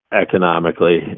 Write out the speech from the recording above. economically